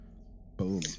Boom